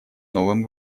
новым